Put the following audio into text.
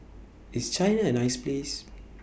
IS China A nice Place